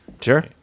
Sure